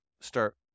start